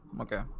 okay